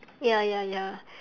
ya ya ya